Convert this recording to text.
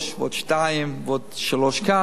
ועוד שניים, ועוד שלושה כאן,